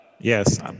Yes